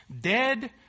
Dead